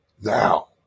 Now